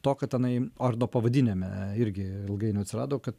to kad tenai ordino pavadinime irgi ilgainiui atsirado kad